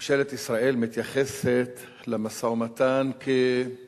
ממשלת ישראל מתייחסת למשא-ומתן כאל